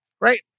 right